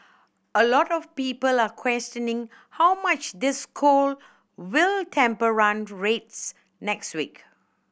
a lot of people are questioning how much this cold will temper run rates next week